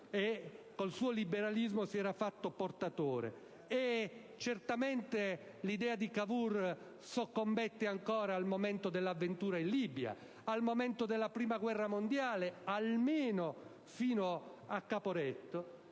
il suo liberalismo, si era fatto portatore. Certamente l'idea di Cavour soccombette ancora al momento dell'avventura in Libia e al momento della partecipazione alla Prima guerra mondiale (almeno a Caporetto).